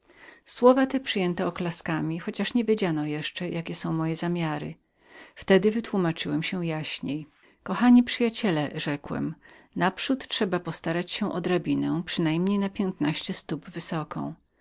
słowa te przyjęto z oklaskami chociaż nie wiedziano jeszcze jakie są moje zamiary wtedy wytłumaczyłem się jaśniej kochani przyjaciele rzekłem naprzód trzeba postarać się o drabinę przynajmniej na piętnaście stóp wysoką